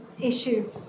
issue